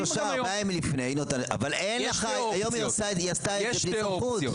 אז אם גם היום --- אבל היום היא עשתה את זה בלי סמכות.